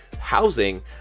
housing